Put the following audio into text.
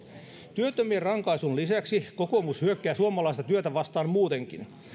työttömien rankaisun lisäksi kokoomus hyökkää suomalaista työtä vastaan muutenkin